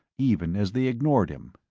even as they ignored him.